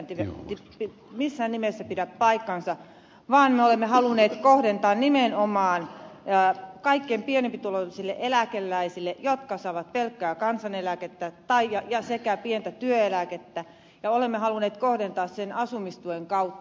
tämä ei missään nimessä pidä paikkaansa vaan me olemme halunneet kohdentaa tukea nimenomaan kaikkein pienituloisimmille eläkeläisille jotka saavat pelkkää kansaneläkettä sekä pientä työeläkettä ja olemme halunneet kohdentaa sen asumistuen kautta